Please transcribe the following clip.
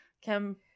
Kim